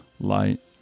light